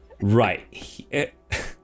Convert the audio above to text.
Right